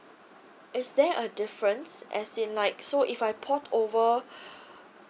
is there a difference as in like so if I port over